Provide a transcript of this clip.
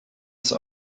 sie